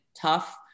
tough